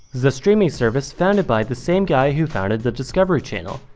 the streaming service founded by the same guy who founded the discovery channel,